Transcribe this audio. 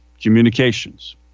communications